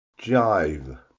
jive